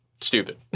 stupid